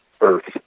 earth